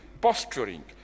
posturing